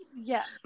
Yes